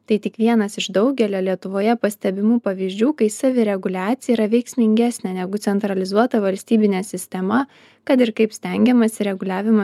tai tik vienas iš daugelio lietuvoje pastebimų pavyzdžių kai savireguliacija yra veiksmingesnė negu centralizuota valstybinė sistema kad ir kaip stengiamasi reguliavimą